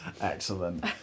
Excellent